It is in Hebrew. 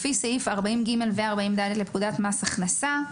לפי סעיף 40ג ו-40ד לפקודת מס הכנסה,